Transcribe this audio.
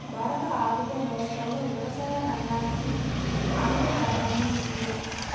భారత ఆర్థిక వ్యవస్థలో వ్యవసాయ రంగానికి అధిక ప్రాధాన్యం ఉంది